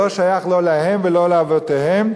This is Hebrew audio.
שלא שייך לא להם ולא לאבותיהם,